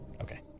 Okay